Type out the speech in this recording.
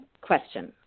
question